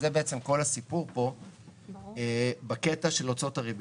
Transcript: וזה בעצם כל הסיפור פה בקטע של הוצאות הריבית.